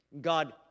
God